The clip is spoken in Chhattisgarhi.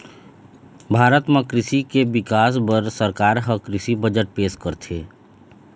भारत म कृषि के बिकास बर सरकार ह कृषि बजट पेश करथे